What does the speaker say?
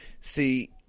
See